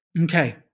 Okay